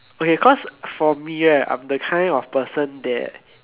okay cause for me right I'm that kind of person that